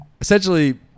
essentially